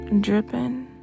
dripping